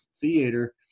theater